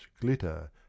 glitter